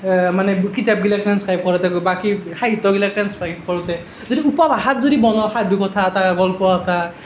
মানে কিতাপগিলাক চায় বাকী সাহিত্যগিলাক ট্ৰেন্সক্ৰাইব কৰোঁতে যদি উপভাষাত যদি বনোৱা সাধু কথা এটা গল্প এটা